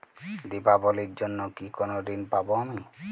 দীপাবলির জন্য কি কোনো ঋণ পাবো আমি?